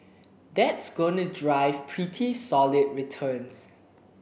that's going drive pretty solid returns